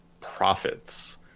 profits